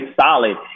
solid